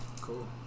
Cool